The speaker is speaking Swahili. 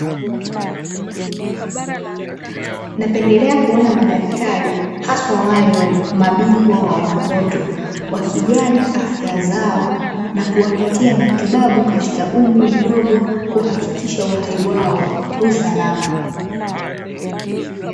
Napendelea kuona madaktari hasa wale mabingwa wa watoto, wakijali afya zao na kuwapatia matibabu katika umri mdogo, kuhakikisha uhai wao u salama.